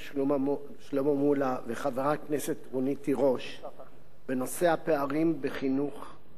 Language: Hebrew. שלמה מולה וחברת הכנסת רונית תירוש בנושא הפערים בחינוך,